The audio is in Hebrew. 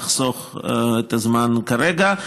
אחסוך את הזמן כרגע.